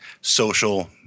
social